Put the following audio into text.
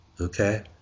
Okay